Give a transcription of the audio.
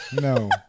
No